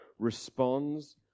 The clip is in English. responds